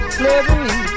slavery